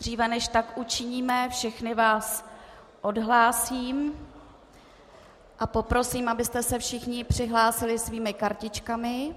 Dříve než tak učiníme, všechny vás odhlásím a poprosím, abyste se všichni přihlásili svými kartičkami.